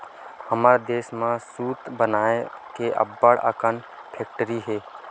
हमर देस म सूत बनाए के अब्बड़ अकन फेकटरी हे